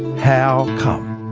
how come?